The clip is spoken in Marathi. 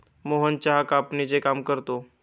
मोहन चहा कापणीचे काम करतो